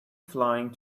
flying